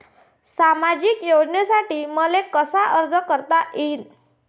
सामाजिक योजनेसाठी मले कसा अर्ज करता येईन?